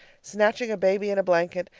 snatching a baby and a blanket,